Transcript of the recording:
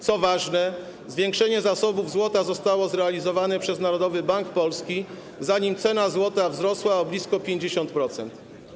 Co ważne, zwiększenie zasobów złota zostało zrealizowane przez Narodowy Bank Polski, zanim cena złota wzrosła o blisko 50%.